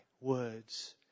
words